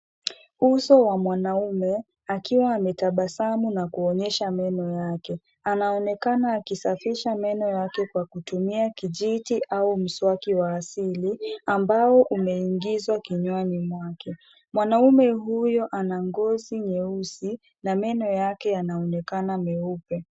Uso wa mwanaume, akiwa maetabasamu na kuonyesha meno yake. Anaonekana akisafisha meno yake kwa kutumia kijiti au mswaki wa asili, ambao umeingizwa kinywani mwake. Mwanaume huyo ana ngozi nyeusi, na meno yake yanaonekana meupe.